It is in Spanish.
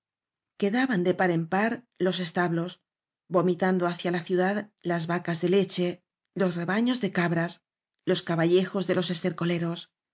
quedaban de par en par los esta blos vomitando hacia la ciudad las vacas de leche los rebaños ele cabras los caballejos de los estercoleros